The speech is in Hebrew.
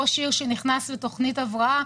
ראש עיר שנכנס לתוכנית הבראה,